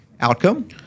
outcome